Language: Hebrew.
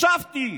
ישבתי: